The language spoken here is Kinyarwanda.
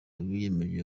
biyemeje